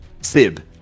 Sib